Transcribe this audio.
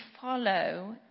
follow